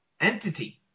entity